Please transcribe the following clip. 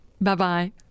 Bye-bye